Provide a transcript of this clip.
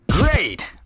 Great